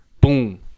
boom